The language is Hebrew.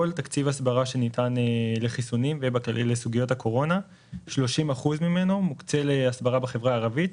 ההסברה שניתן לחיסונים ולסוגיות הקורונה מוקצה להסברה בחברה הערבית,